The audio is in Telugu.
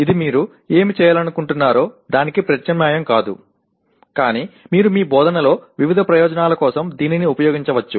ఇది మీరు ఏమి చేయాలనుకుంటున్నారో దానికి ప్రత్యామ్నాయం కాదు కానీ మీరు మీ బోధనలో వివిధ ప్రయోజనాల కోసం దీనిని ఉపయోగించవచ్చు